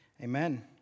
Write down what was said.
Amen